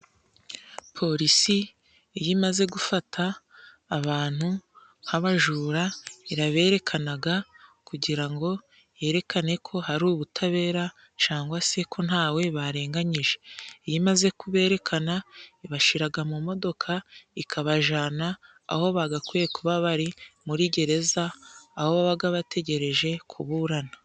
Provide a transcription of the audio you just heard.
Polisi iyo imaze gufata abantu nk'abajura iraberekanaga, kugira ngo yerekane ko hari ubutabera cangwa se ko ntawe barenganyije. Iyo imaze kuberekana ibashiraga mu modoka, ikabajana aho bagakwiye kuba bari muri gereza, aho babaga bategereje kuburana.